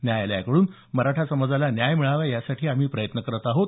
न्यायालयाकडून मराठा समाजाला न्याय मिळावा यासाठी आम्ही प्रयत्न करत आहोत